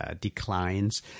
Declines